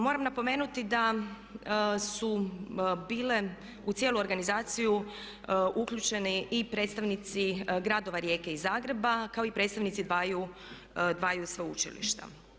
Moram napomenuti da su bile u cijelu organizaciju uključeni i predstavnici gradova Rijeke i Zagreba kao i predstavnici dvaju sveučilišta.